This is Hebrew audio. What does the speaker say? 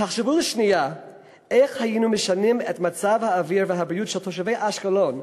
תחשבו שנייה איך היינו משנים את מצב האוויר והבריאות של תושבי אשקלון,